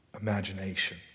imagination